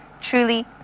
Truly